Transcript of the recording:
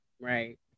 Right